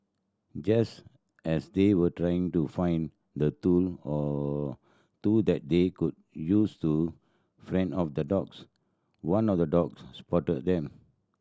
just as they were trying to find the tool or two that they could use to fend off the dogs one of the dogs spotted them